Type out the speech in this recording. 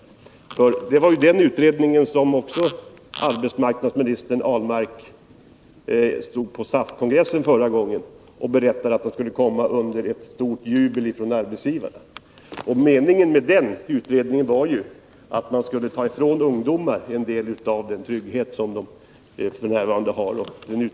Det var den utredningen som arbetsmarknadsminister Ahlmark berättade om vid förra SAF-kongressen under stort jubel från arbetsgivarna. Meningen med den utredningen, som fortfarande pågår, var att man skulle ta ifrån ungdomarna en del av den trygghet de har f. n.